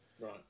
Right